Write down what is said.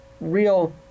real